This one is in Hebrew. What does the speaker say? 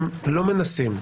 הם לא מנסים,